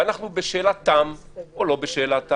ואנחנו בשאלת תם או לא בשאלת תם,